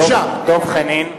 (קורא בשמות חברי הכנסת) דב חנין,